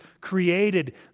created